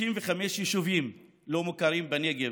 35 יישובים לא מוכרים בנגב,